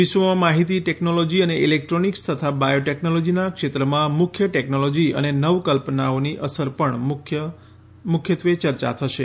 વિશ્વમાં માહિતી ટેકનોલોજી અને ઇલેકટ્રોનિકસ તથા બાયોટેકનોલોજીના ક્ષેત્રમાં મુખ્ય ટેકનોલોજી અને નવ કલ્પનાઓની અસર પર પણ મુખ્યત્વે ચર્ચા થશે